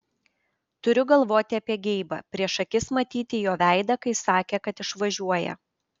turiu galvoti apie geibą prieš akis matyti jo veidą kai sakė kad išvažiuoja